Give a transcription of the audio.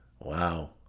Wow